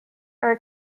are